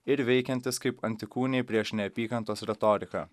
ir veikiantis kaip antikūniai prieš neapykantos retoriką